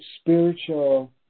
spiritual